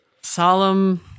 Solemn